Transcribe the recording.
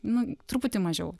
nu truputį mažiau